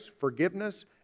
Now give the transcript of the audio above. forgiveness